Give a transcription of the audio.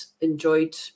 enjoyed